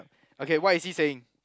okay what is he saying